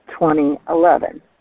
2011